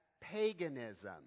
paganism